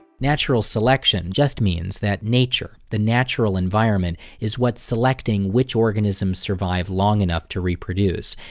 natural selection just means that nature the natural environment is what's selecting which organisms survive long enough to reproduce.